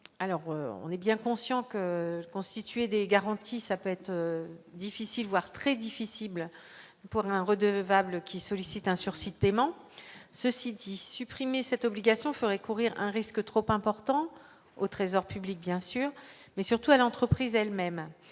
alors on est bien conscient que constituer des garanties, ça peut être difficile voire très difficile pour un redevable qui sollicite un sursis tellement ceci dit supprimer cette obligation ferait courir un risque trop important au Trésor public, bien sûr, mais surtout à l'entreprise elle-même